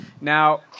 Now